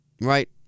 Right